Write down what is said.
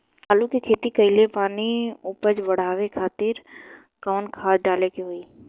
आलू के खेती कइले बानी उपज बढ़ावे खातिर कवन खाद डाले के होई?